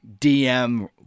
DM